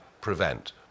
Prevent